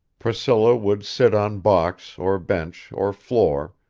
priscilla would sit on box or bench or floor,